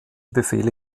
befehle